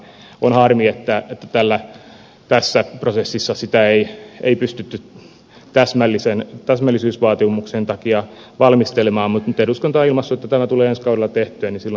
on harmi että tässä prosessissa sitä ei pystytty täsmällisyysvaatimuksen takia valmistelemaan mutta nyt kun eduskunta on ilmaissut että tämä tulee ensi kaudella tehtyä niin silloin se myös tehdään